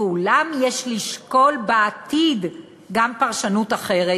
ואולם יש לשקול בעתיד גם פרשנות אחרת,